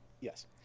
Yes